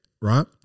Right